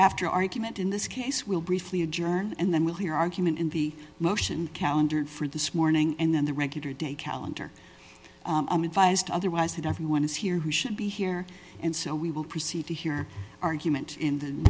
after argument in this case will briefly adjourn and then we'll hear argument in the motion calendar for this morning and then the regular day calendar i'm advised otherwise that everyone is here who should be here and so we will proceed to hear argument in